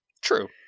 True